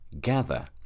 Gather